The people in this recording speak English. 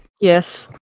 Yes